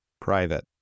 Private